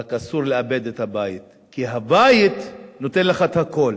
רק אסור לאבד את הבית, כי הבית נותן לך את הכול.